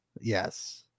yes